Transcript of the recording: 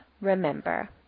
Remember